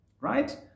right